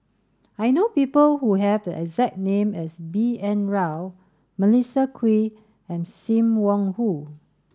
I know people who have the exact name as B N Rao Melissa Kwee and Sim Wong Hoo